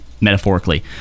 metaphorically